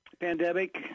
pandemic